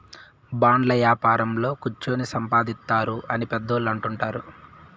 బాండ్ల యాపారంలో కుచ్చోని సంపాదిత్తారు అని పెద్దోళ్ళు అంటుంటారు